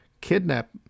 kidnap